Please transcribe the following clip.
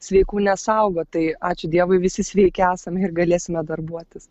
sveikų nesaugo tai ačiū dievui visi sveiki esame ir galėsime darbuotis